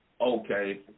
Okay